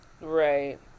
right